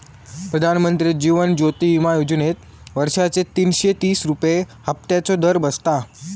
प्रधानमंत्री जीवन ज्योति विमा योजनेत वर्षाचे तीनशे तीस रुपये हफ्त्याचो दर बसता